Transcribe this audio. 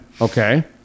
Okay